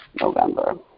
November